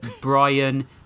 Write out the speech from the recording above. Brian